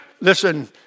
listen